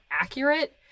accurate